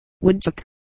woodchuck